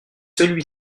celui